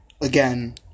again